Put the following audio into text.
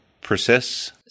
persists